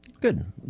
Good